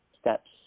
steps